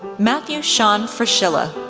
matthew sean fraschilla,